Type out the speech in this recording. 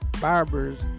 barbers